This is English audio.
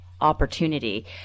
opportunity